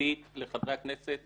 המשפטית לחברי הכנסת,